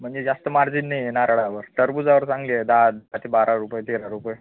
म्हणजे जास्त मार्जिन नाही आहे नारळावर टरबुजावर चांगली आहे दहा ते बारा रुपये तेरा रुपये